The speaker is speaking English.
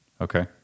Okay